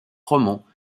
romans